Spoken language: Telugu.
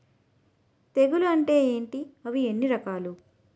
తెగులు అంటే ఏంటి అవి ఎన్ని రకాలు?